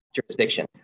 jurisdiction